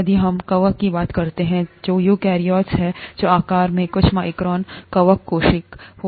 यदि हम कवक की बात करते हैं जो यूकेरियोट्स हैं जो आकार में कुछ माइक्रोन कवक कोशिका हो सकते हैं